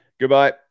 Goodbye